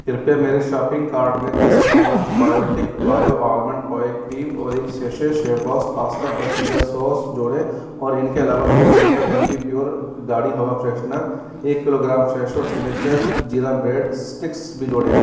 कृपया मेरे shopping cart में दस pouch Biotique bio almond oil cream और एक सैशे शेफबॉस पास्ता और पिज़्ज़ा सॉस जोड़ें और इनके अलावा दो बोटल एम्बिप्योर गाड़ी हवा फ्रेशनर एक kilogram Fresho signature jeera bread sticks भी जोड़ें